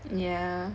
yeah